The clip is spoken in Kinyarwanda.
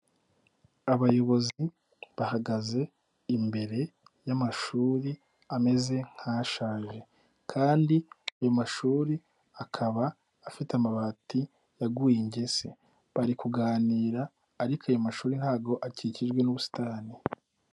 Abayobozi bahagaze imbere y'amashuri, ameze nk'ashaje kandi ayo mashuri akaba afite amabati yaguye ingesi. Bari kuganira ariko ayo mashuri ntabwo akikijwe n'ubusitani.